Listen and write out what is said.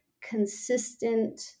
consistent